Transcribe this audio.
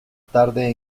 tarde